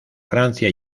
francia